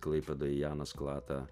klaipėdoj janas klata